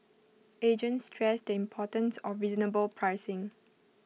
agents stress the importance of reasonable pricing